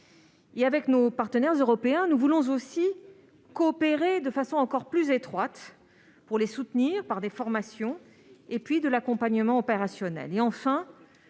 Avec nos partenaires européens, nous voulons aussi coopérer de façon encore plus étroite, pour les soutenir, par des formations et par de l'accompagnement opérationnel.